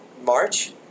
March